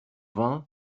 vingt